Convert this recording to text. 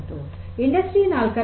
industry ೪